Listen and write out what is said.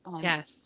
yes